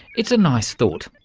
it's a nice thought.